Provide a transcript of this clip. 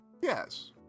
Yes